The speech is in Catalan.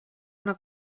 una